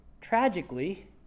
tragically